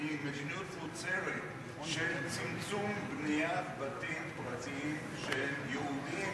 היא מדיניות מוצהרת של צמצום בניית בתים פרטיים של יהודים ושל ערבים,